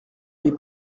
n’est